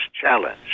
challenge